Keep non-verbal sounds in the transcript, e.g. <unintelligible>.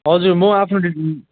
हजुर म आफ्नो <unintelligible>